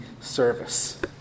service